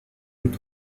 كنت